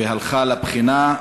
והלכה לבחינה,